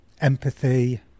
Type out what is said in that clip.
empathy